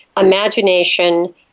imagination